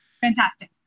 Fantastic